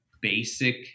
basic